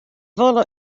wolle